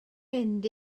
mynd